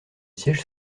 siège